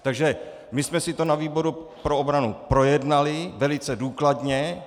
Takže my jsme si to na výboru pro obranu projednali velice důkladně.